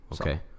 Okay